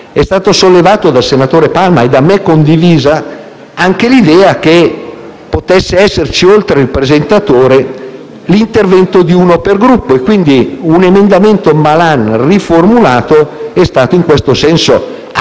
È stata sollevata dal senatore Palma, e da me condivisa, anche l'idea che potesse esserci oltre al presentatore, l'intervento di uno per Gruppo e, quindi, un emendamento presentato dal senatore Malan, riformulato, è stato in questo senso accolto.